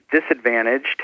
disadvantaged